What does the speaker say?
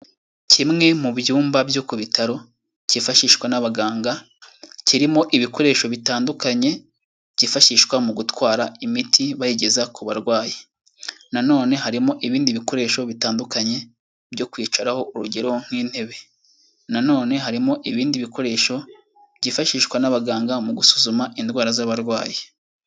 Kimwe mu byumba byo ku bitaro kifashishwa n'abaganga, kirimo ibikoresho bitandukanye byifashishwa mu gutwara imiti bayigeza ku barwayi, nanone harimo ibindi bikoresho bitandukanye byo kwicaraho, urugero nk'intebe. Nanone harimo ibindi bikoresho byifashishwa n'abaganga mu gusuzuma indwara z'abarwayi.